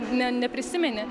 ne neprisimeni